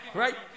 right